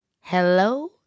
Hello